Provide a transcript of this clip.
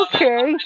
Okay